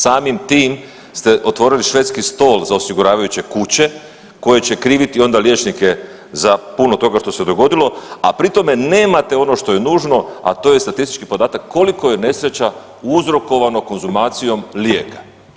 Samim tim ste otvorili švedski stol za osiguravajuće kuće koje će kriviti onda liječnike za puno toga što se dogodilo, a pri tome nemate ono što je nužno a to je statistički podatak koliko je nesreća uzrokovano konzumacijom lijeka.